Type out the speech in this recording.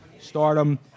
Stardom